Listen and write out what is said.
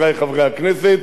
חבר הכנסת ברוורמן,